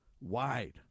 wide